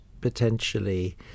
potentially